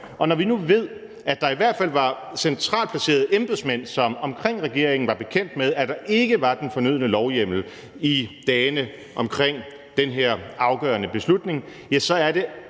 Og når vi nu ved, at der i hvert fald var centralt placerede embedsmænd omkring regeringen, som var bekendt med, at der ikke var den fornødne lovhjemmel, i dagene omkring den her afgørende beslutning, ja, så er det